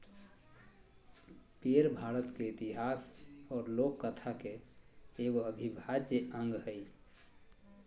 पेड़ भारत के इतिहास और लोक कथा के एगो अविभाज्य अंग हइ